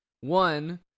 one